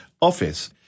office